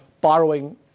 borrowing